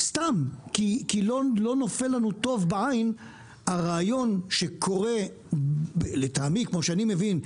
סתם כי לא נופל לנו טוב בעין הרעיון שקורה ף לטעמי כמו שאני מבין,